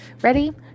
Ready